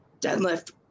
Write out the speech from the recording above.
deadlift